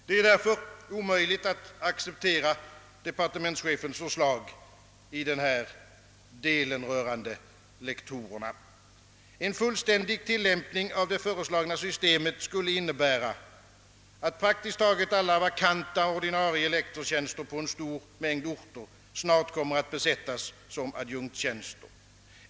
Det är därför omöjligt att acceptera departementschefens förslag i den del som rör lektorerna. En fullständig tilllämpning av det föreslagna systemet skulle innebära, att praktiskt taget alla vakanta ordinarie lektorstjänster på en stor mängd orter snart kommer att besättas som adjunktstjänster.